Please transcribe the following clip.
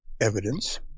evidence